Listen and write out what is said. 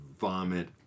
vomit